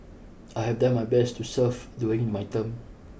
I have done my best to serve during my term